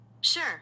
Sure